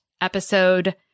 episode